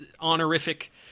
honorific